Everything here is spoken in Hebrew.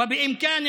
ואחריו,